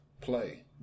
play